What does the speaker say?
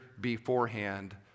beforehand